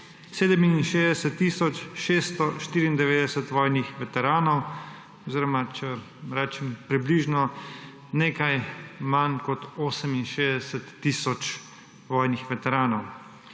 67 tisoč 694 vojnih veteranov oziroma če rečem približno nekaj manj kot 68 tisoč vojnih veteranov.